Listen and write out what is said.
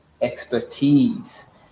expertise